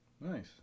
Nice